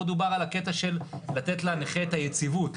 פה דובר על הקטע של לתת לנכה את היציבות,